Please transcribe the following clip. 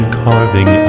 carving